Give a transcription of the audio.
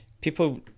People